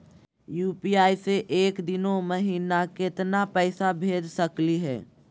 UPI स एक दिनो महिना केतना पैसा भेज सकली हे?